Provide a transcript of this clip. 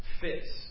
fits